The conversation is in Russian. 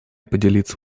поделиться